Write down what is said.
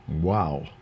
Wow